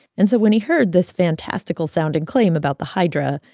and so when he heard this fantastical-sounding claim about the hydra,